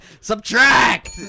Subtract